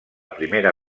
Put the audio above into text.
primera